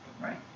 right